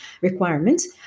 requirements